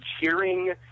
cheering